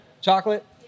chocolate